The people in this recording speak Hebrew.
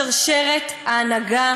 שרשרת ההנהגה